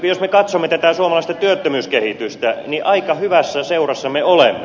jos me katsomme tätä suomalaista työttömyyskehitystä niin aika hyvässä seurassa me olemme